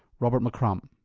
robert mccrum.